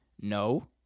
No